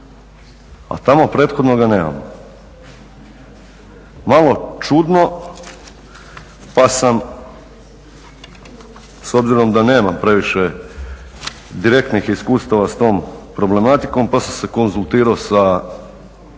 a tamo prethodno ga nema. Malo čudno pa sam s obzirom da nema previše direktnih iskustava s tom problematikom pa sam se konzultirao s